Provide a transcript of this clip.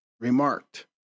remarked